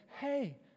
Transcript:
hey